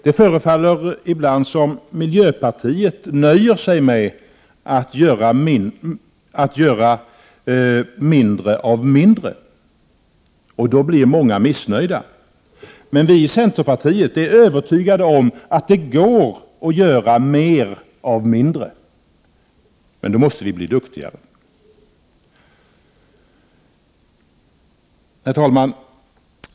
Det förefaller ibland som om miljöpartiet nöjer sig med att göra ”mindre av mindre”, och då blir många missnöjda, medan vi i centern är övertygade om att det går att göra ”mer av mindre”, men då måste vi bli duktigare. Herr talman!